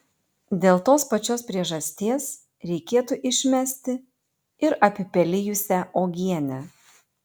dėl tos pačios priežasties reikėtų išmesti ir apipelijusią uogienę